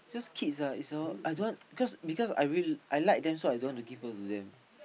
kids ah it's all I don't want because because I like them so I don't want to give birth to them